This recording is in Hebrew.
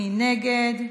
מי נגד?